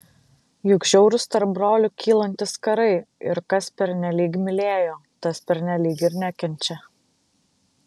juk žiaurūs tarp brolių kylantys karai ir kas pernelyg mylėjo tas pernelyg ir nekenčia